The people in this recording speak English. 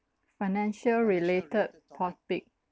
financial related topic